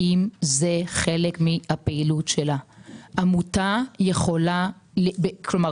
מה בעצם הקריטריון שלך שאתה מחליט בכל זאת לתת להן?